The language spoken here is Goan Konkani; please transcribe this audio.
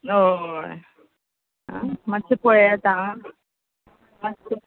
हय आ मातशें पळयात आ मातशें